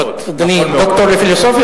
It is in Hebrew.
בכל זאת, אדוני, דוקטור לפילוסופיה.